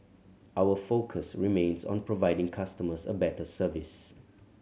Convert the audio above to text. our focus remains on providing customers a better service